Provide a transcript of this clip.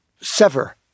sever